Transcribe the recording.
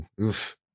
Oof